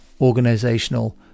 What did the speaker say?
organizational